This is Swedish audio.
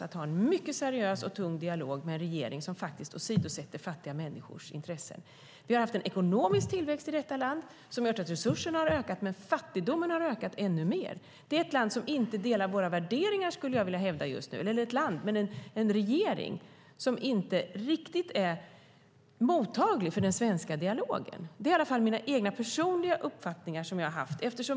Det handlar om att ha en mycket seriös och tung dialog med en regering som faktiskt åsidosätter fattiga människors intressen. Det har varit en ekonomisk tillväxt i detta land som har gjort att resurserna har ökat, men fattigdomen har ökat ännu mer. Det är ett land som inte delar våra värderingar, skulle jag vilja hävda just nu. Eller det är en regering som inte riktigt är mottaglig för den svenska dialogen. Det är i alla fall mina egna personliga uppfattningar.